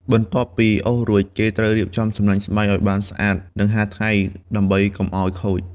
បន្ទាប់ពីអូសរួច គេត្រូវរៀបចំសំណាញ់ស្បៃឲ្យបានស្អាត និងហាលថ្ងៃ ដើម្បីកុំឲ្យខូច។